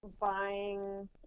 buying